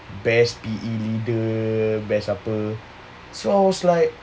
best P_E leader best apa so I was like